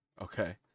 okay